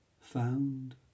Found